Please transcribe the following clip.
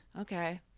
okay